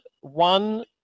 one